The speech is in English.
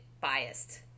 biased